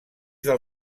del